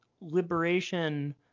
liberation